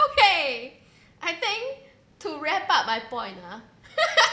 okay I think to wrap up my point ah